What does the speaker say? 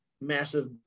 massive